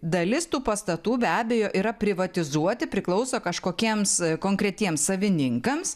dalis tų pastatų be abejo yra privatizuoti priklauso kažkokiems konkretiems savininkams